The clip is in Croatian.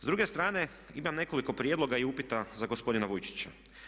S druge strane imam nekoliko prijedloga i upita za gospodina Vujčića.